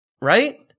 Right